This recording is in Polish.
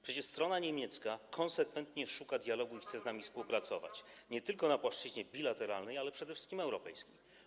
Przecież strona niemiecka konsekwentnie szuka dialogu i chce z nami współpracować nie tylko na płaszczyźnie bilateralnej, ale przede wszystkim europejskiej.